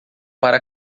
para